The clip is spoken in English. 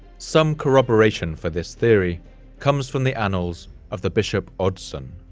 some corroboration for this theory comes from the annals of the bishop oddsson,